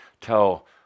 tell